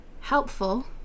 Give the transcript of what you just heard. helpful